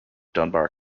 dunbar